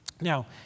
Now